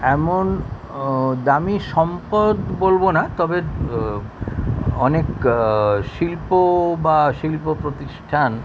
এমন দামি সম্পদ বলব না তবে অনেক শিল্প বা শিল্প প্রতিষ্ঠান